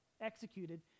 executed